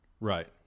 Right